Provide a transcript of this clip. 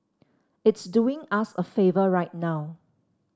it's doing us a favour right now